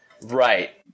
Right